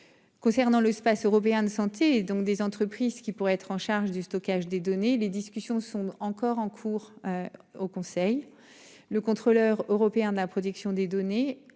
Concernant l'espace européen de santé donc des entreprises qui pourraient être en charge du stockage des données. Les discussions sont encore en cours. Au Conseil. Le contrôleur européen de la protection des données